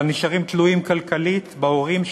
אבל נשארים תלויים כלכלית בהורים,